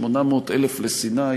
800,000 לסיני,